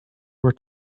were